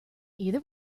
either